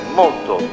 molto